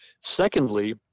Secondly